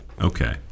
Okay